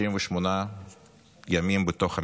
68 ימים בתוך המלחמה.